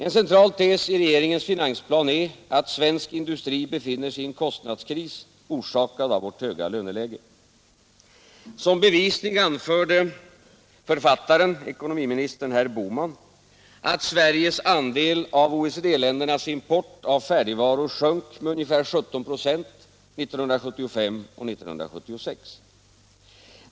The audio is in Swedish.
En central tes i regeringens finansplan är att svensk industri befinner sig i en kostnadskris, orsakad av vårt höga löneläge. Som bevisning anförde författaren, ekonomiministern herr Bohman, att Sveriges andel av OECD-ländernas import av färdigvaror sjönk med ca 17 96 1975 och 1976.